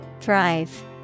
Thrive